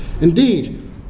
Indeed